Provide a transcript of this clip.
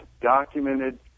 documented